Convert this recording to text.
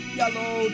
yellow